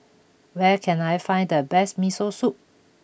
where can I find the best Miso Soup